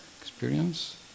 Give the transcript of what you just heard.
experience